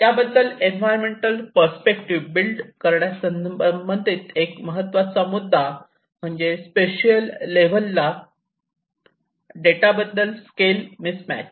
या environmental perspective build करण्या संबंधित एक महत्त्वाचा मुद्दा म्हणजे स्पेशियल लेवल डेटा बद्दल स्केल मिस्मॅच